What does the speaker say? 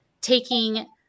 taking